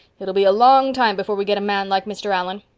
it'll be a long time before we get a man like mr. allan.